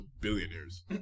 billionaires